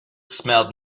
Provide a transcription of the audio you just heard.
smelled